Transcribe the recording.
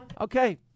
Okay